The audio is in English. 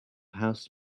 house